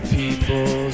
people